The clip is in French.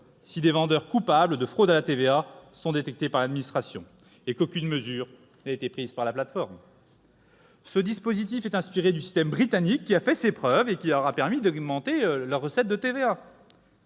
si des vendeurs coupables de fraude à la TVA sont détectés par l'administration et qu'il s'avère qu'aucune mesure n'a été prise par la plateforme. Ce dispositif est inspiré du système britannique qui a fait ses preuves et qui a permis d'augmenter les recettes de TVA